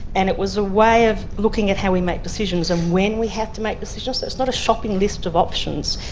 and it was a way of looking at how we make decisions and when we have to make decisions. so it's not a shopping list of options,